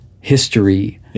history